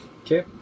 Okay